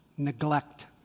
Neglect